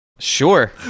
sure